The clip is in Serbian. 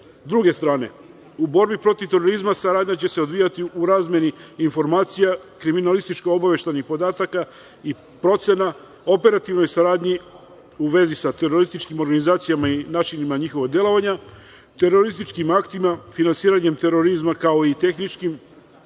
druge strani. U borbi protiv terorizma saradnja će se odvijati u razmeni informacija kriminalističko-obaveštajnih podatka i procena operativnoj saradnji u vezi sa terorističkim organizacijama i načinima njihovog delovanja, terorističkim aktima, finansiranjem terorizma kao tehničkim